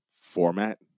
format